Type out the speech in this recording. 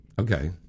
Okay